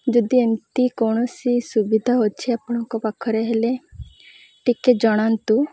ଯଦି ଏମିତି କୌଣସି ସୁବିଧା ଅଛି ଆପଣଙ୍କ ପାଖରେ ହେଲେ ଟିକେ ଜଣାନ୍ତୁ